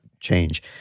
Change